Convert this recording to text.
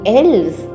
else